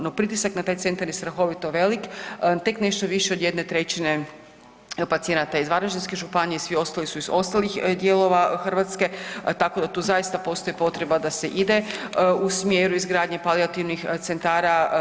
No pritisak na taj centar je strahovito velik tek nešto više od 1/3 pacijenata je iz Varaždinske županije svi ostali su iz ostalih dijelova Hrvatske tako da tu zaista postoji potreba da se ide u smjeru izgradnje palijativnih centara.